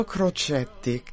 Crocetti